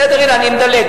בסדר, אני מדלג.